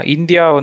India